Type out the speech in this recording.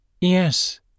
Yes